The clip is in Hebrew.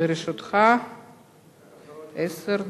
לרשותך עשר דקות.